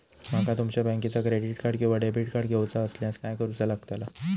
माका तुमच्या बँकेचा क्रेडिट कार्ड किंवा डेबिट कार्ड घेऊचा असल्यास काय करूचा लागताला?